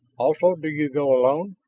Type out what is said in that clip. also, do you go alone?